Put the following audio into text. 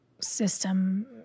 system